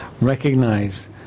recognize